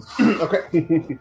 Okay